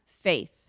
faith